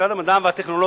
שמשרד המדע והטכנולוגיה,